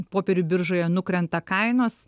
popierių biržoje nukrenta kainos